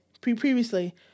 previously